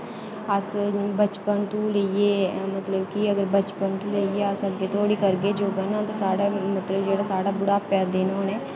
अस बचपन तू लेइयै मतलब कि अगर बचपन कोला लेइयै अग्गें धोड़ी करगे जो करना होगा साढ़े गै मतलब जेह्का साढ़े बुढ़ापै दे दिन होने